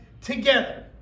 together